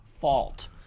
fault